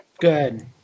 Good